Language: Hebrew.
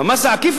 במס העקיף,